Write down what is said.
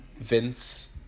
Vince